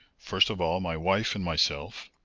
first of all my wife and myself.